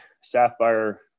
Sapphire